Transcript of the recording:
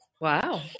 Wow